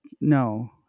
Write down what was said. no